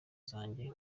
zanjye